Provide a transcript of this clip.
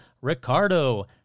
Ricardo